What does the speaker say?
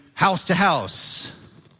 house-to-house